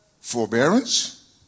forbearance